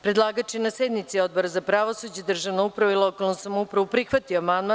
Predlagač je na sednici Odbora za pravosuđe, državnu upravu i lokalnu samoupravu prihvatio amandman.